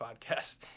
podcast